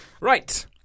Right